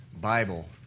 Bible